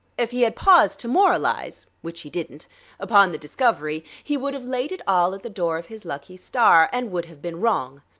if he had paused to moralize which he didn't upon the discovery, he would have laid it all at the door of his lucky star and would have been wrong.